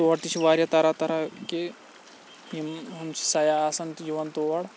تور تہِ چھِ واریاہ طرح طرح کہِ یِم چھِ سیاح آسان تہِ یِوان تور